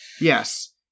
Yes